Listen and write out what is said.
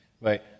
right